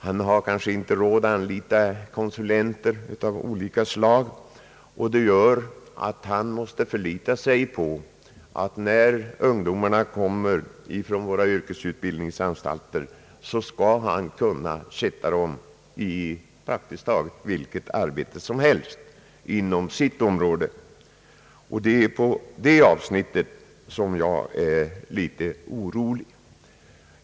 Han har kanske inte råd att anlita konsulenter av olika slag, vilket gör att han måste förlita sig på att han, när ungdomar kommer till honom från våra yrkesutbildningsanstalter, skall kunna sätta dem i praktiskt taget vilket arbete som helst inom sitt område. Det är i det avsnittet som jag är litet orolig.